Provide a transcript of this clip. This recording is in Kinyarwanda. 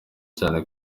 cyane